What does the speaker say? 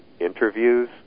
Interviews